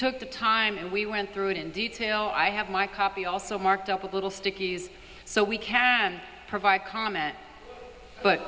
took the time and we went through it in detail i have my copy also marked up little stickies so we can provide comment but